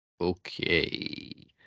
Okay